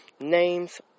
Names